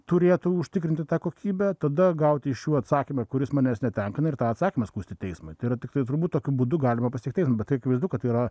turėtų užtikrinti tą kokybę tada gauti iš jų atsakymą kuris manęs netenkina ir tą atsakymą skųsti teismui tai yra tiktai turbūt tokiu būdu galima pasiekti bet tai akivaizdu kad tai yra